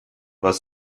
was